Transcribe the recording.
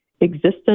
existence